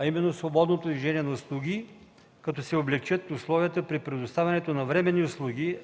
Съюз – свободното движение на услуги, като се облекчат условията при предоставянето на временни услуги,